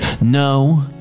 No